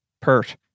pert